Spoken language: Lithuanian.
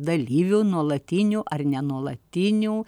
dalyvių nuolatinių ar nenuolatinių